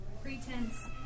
Pretense